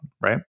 right